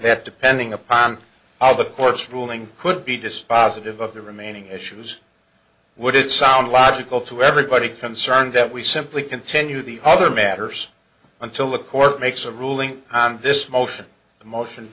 that depending upon how the court's ruling could be dispositive of the remaining issues would it sound logical to everybody concerned that we simply continue the other matters until the court makes a ruling on this motion the motion